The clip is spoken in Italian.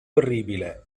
orribile